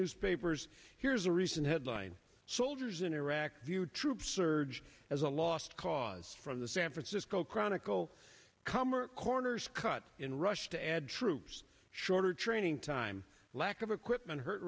newspapers here's a recent headline soldiers in iraq view troop surge as a lost cause from the san francisco chronicle calmer corners cut in rush to add troops shorter training time lack of equipment hurt